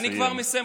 אני כבר מסיים.